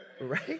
Right